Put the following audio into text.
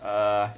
err